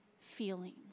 feelings